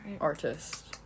Artist